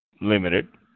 limited